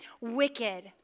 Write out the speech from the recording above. wicked